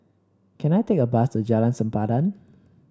can I take a bus to Jalan Sempadan